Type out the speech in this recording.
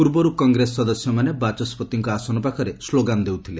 ପୂର୍ବରୁ କଂଗ୍ରେସ ସଦସ୍ୟମାନେ ବାଚସ୍କତିଙ୍କ ଆସନ ପାଖରେ ସ୍ଲୋଗାନ୍ ଦେଉଥିଲେ